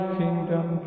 kingdom